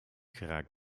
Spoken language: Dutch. geraakt